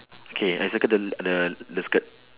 okay I circle the the the skirt